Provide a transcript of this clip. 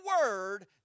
word